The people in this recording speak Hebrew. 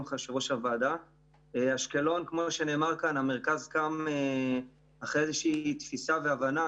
המרכז באשקלון הוקם מתוך תפיסה והבנה